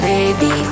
Baby